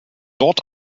dort